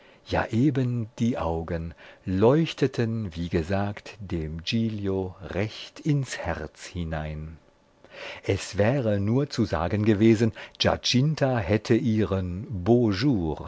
ja eben die augen leuchteten wie gesagt dem giglio recht ins herz hinein es wäre nur zu sagen gewesen giacinta hatte ihren